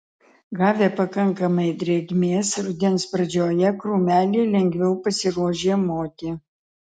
gavę pakankamai drėgmės rudens pradžioje krūmeliai lengviau pasiruoš žiemoti